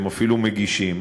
שהם אפילו מגישים.